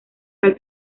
tal